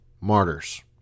martyrs